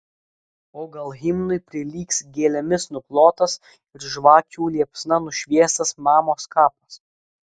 o gal himnui prilygs gėlėmis nuklotas ir žvakių liepsna nušviestas mamos kapas